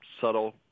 subtle